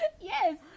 Yes